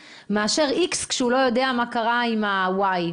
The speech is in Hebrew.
ומאשר X כשהוא לא יודע מה קרה עם ה-Y?